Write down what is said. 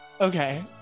okay